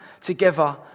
together